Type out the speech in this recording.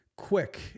quick